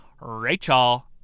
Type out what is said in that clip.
Rachel